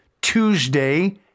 Tuesday